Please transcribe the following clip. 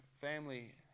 family